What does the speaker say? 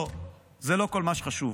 לא, זה לא כל מה שחשוב.